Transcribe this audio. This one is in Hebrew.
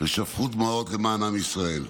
ושפכו דמעות למען עם ישראל.